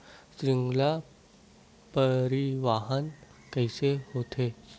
श्रृंखला परिवाहन कइसे होथे?